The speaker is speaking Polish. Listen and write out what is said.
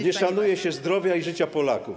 Nie szanuje się zdrowia i życia Polaków.